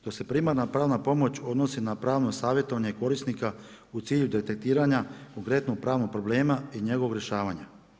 Dok se primarna pravna pomoć odnosi na pravno savjetovanje korisnika u cilju detektiranja konkretnog pravnog problema i njegovog rješavanja.